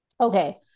Okay